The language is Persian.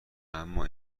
اما